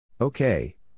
okay